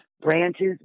branches